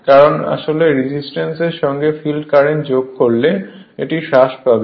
কারণ আসলে রেজিস্ট্যান্সের সঙ্গে ফিল্ডের কারেন্ট যোগ করলে এটি হ্রাস পাবে